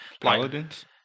Paladins